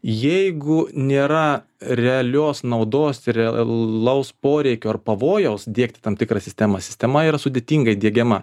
jeigu nėra realios naudos realaus poreikio ar pavojaus diegti tam tikrą sistemą sistema yra sudėtingai diegiama